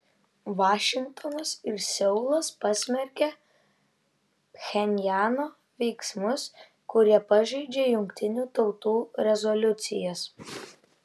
vašingtonas ir seulas pasmerkė pchenjano veiksmus kurie pažeidžia jungtinių tautų rezoliucijas